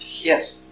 Yes